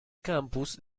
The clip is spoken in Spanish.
campus